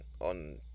on